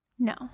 No